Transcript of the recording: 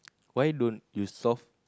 why don't you solve